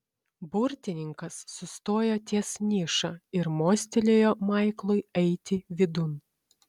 burtininkas sustojo ties niša ir mostelėjo maiklui eiti vidun